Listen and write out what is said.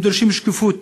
הם דורשים שקיפות.